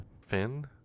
Finn